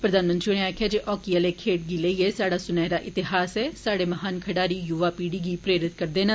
प्रघानमंत्री होरें आक्खेआ जे हॉकी आले खेड्ड गी लेइयै साहडा सुनेहरा इतिहास ऐ साहडे महान खडारी युवा पीढ़ी गी प्रेरित करदे न